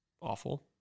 awful